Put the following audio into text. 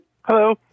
Hello